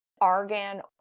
argan